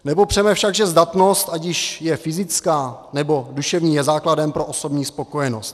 Nepopřeme však, že zdatnost, ať již je fyzická, nebo duševní, je základem pro osobní spokojenost.